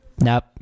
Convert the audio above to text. Nope